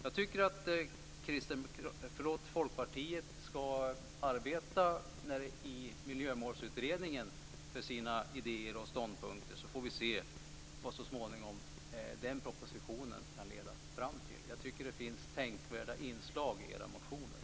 Jag tycker att Folkpartiet ska arbeta i Miljömålsutredningen för sina idéer och ståndpunkter. Sedan får vi se vad den propositionen kan leda fram till. Jag tycker att det finns tänkvärda inslag i era motioner.